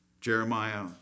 Jeremiah